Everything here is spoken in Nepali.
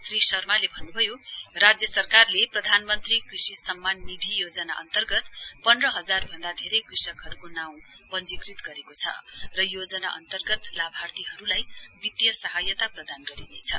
श्री शर्माले भन्न्भयो राज्य सरकारले प्रधानमन्त्री कृषि सम्मान विधि योजना अन्तर्गत पन्ध हजारभन्दा धेरै कृषकहरूको नाम पञ्जीकृत गरेको छ र योजना अन्तर्गत लाभार्थीहरूलाई वित्तीय सहायता प्रदान गरिनेछ